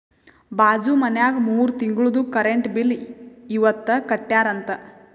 ಬಾಜು ಮನ್ಯಾಗ ಮೂರ ತಿಂಗುಳ್ದು ಕರೆಂಟ್ ಬಿಲ್ ಇವತ್ ಕಟ್ಯಾರ ಅಂತ್